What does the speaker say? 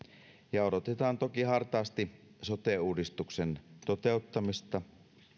ja odotetaan toki hartaasti sote uudistuksen toteuttamista